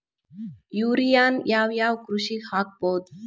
ಯೂರಿಯಾನ ಯಾವ್ ಯಾವ್ ಕೃಷಿಗ ಹಾಕ್ಬೋದ?